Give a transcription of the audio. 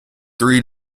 three